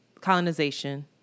colonization